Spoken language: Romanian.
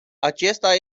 acesta